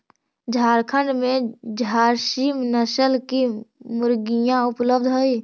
झारखण्ड में झारसीम नस्ल की मुर्गियाँ उपलब्ध हई